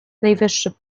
najwyższy